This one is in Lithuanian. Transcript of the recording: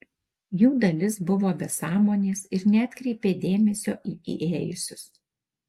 jų dalis buvo be sąmonės ir neatkreipė dėmesio į įėjusius